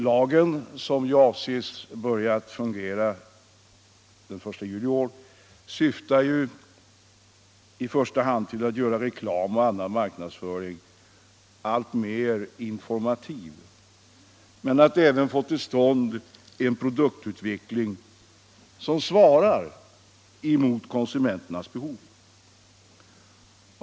Lagen, som skall börja fungera den 1 juli i år, syftar i första hand till att göra reklam och annan marknadsföring alltmer informativ men även till att få till stånd en produktutveckling som svarar mot konsumenternas behov.